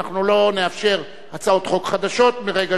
אנחנו לא נאפשר הצעות חוק חדשות מרגע,